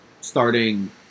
starting